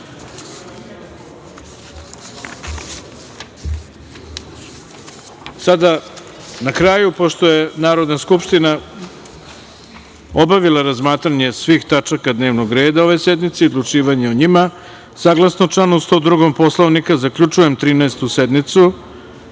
na kraju, pošto je Narodna skupština obavila razmatranje svih tačaka dnevnog reda ove sednice i odlučivanje o njima, saglasno članu 102. Poslovnika, zaključujem Trinaestu